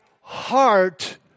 heart